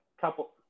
couple